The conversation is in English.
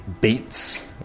beats